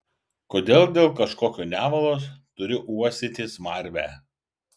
kodėl dėl kažkokio nevalos turiu uostyti smarvę